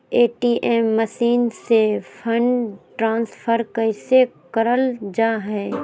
ATM machine से fund transfer कैसे करल जा है?